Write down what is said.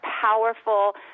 powerful